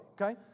Okay